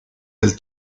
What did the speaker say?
del